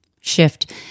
Shift